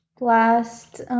Last